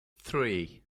three